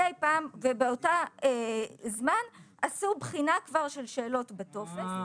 באותו זמן כבר עשו בחינה של שאלות בטופס,